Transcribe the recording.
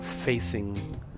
facing